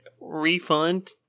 refund